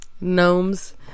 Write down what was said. Gnomes